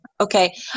Okay